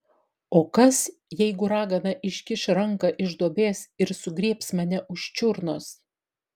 o kas jeigu ragana iškiš ranką iš duobės ir sugriebs mane už čiurnos